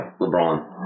LeBron